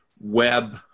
web